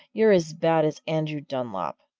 you're as bad as andrew dunlop!